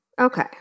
Okay